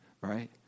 right